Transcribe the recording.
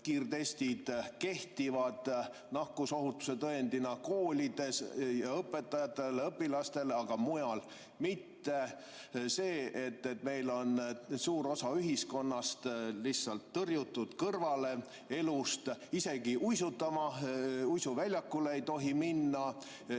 kiirtestid kehtivad nakkusohutuse tõendina koolides õpetajatele ja õpilastele, aga mujal mitte. See, et meil on suur osa ühiskonnast lihtsalt tõrjutud elust kõrvale, isegi uisuväljakule uisutama ei tohi minna